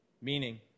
Meaning